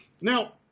Now